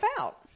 out